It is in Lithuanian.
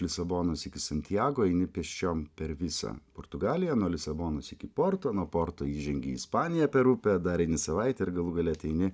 lisabonos iki santjago eini pėsčiom per visą portugaliją nuo lisabonos iki porto nuo porto įžengi į ispaniją per upę dar eini savaitę ir galų gale ateini